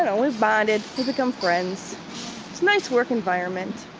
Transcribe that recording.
and we've bonded, we've become friends nice work environment